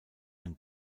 ein